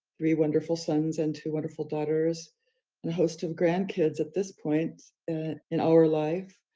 three wonderful sons and two wonderful daughters, and a host of grandkids at this point in our life.